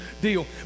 deal